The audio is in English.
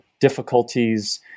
difficulties